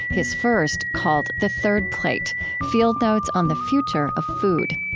his first, called the third plate field notes on the future of food.